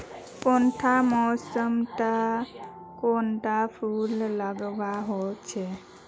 कुंडा मोसमोत कुंडा फुल लगवार होछै?